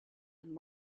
and